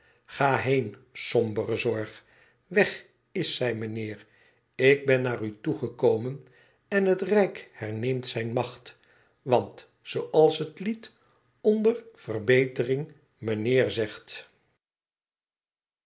ga heen sombere zorg weg is zij meneer ik ben naar u toegekomen en het rijk herneemt zijne macht want zooals het lied onder verbetering meneer zegt